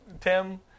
Tim